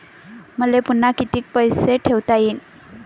मले पुन्हा कितीक पैसे ठेवता येईन?